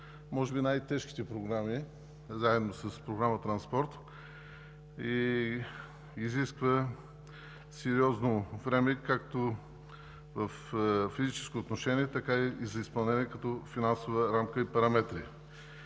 една от най-тежките програми, заедно с Програма „Транспорт“, и изисква сериозно време както във физическо отношение, така и за изпълнение като финансова рамка и параметри.